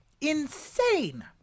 Insane